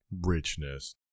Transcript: richness